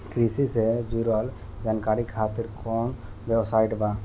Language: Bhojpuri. कृषि से जुड़ल जानकारी खातिर कोवन वेबसाइट बा?